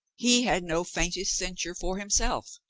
he had no faintest censure for himself.